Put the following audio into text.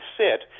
sit